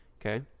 Okay